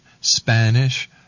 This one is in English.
Spanish